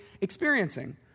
experiencing